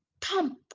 thump